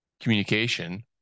communication